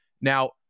Now